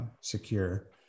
secure